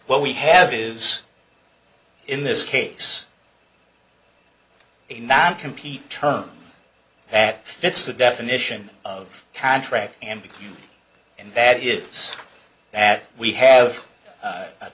what we have is in this case a not compete term that fits the definition of contract and b and that is that we have